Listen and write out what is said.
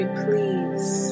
please